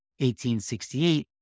1868